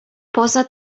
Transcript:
poza